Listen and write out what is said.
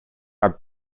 are